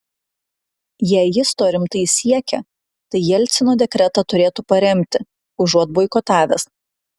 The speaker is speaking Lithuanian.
jei jis to rimtai siekia tai jelcino dekretą turėtų paremti užuot boikotavęs